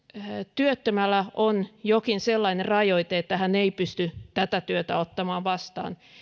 työttömällä on jokin sellainen rajoite että hän ei pysty tätä työtä ottamaan vastaan